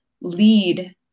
lead